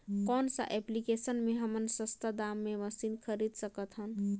कौन सा एप्लिकेशन मे हमन सस्ता दाम मे मशीन खरीद सकत हन?